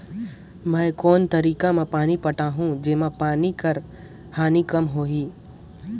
मैं कोन तरीका म पानी पटाहूं जेमा पानी कर हानि कम होही?